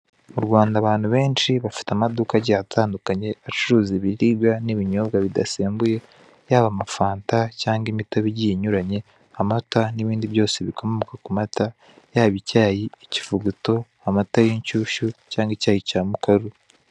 Mu rwanda abantu benshi bafite amaduka agiye atandukanye acuruza ibiribwa n'ibinyobwa bidasembuye yaba amafanta cyangwa imitobe igiye inyuranye, amata n'ibindi byose bikomoka ku mata yaba icyayi, ikivuguto, amata y'inshyushyu cyangwa icyayi cya mukaru.